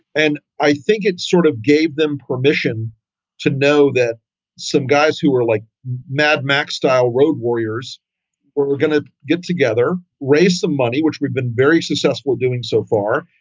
and i think it sort of gave them permission to know that some guys who were like mad max style road warriors where we're gonna get together raised some money, which we've been very successful doing so far,